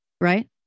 right